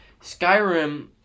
Skyrim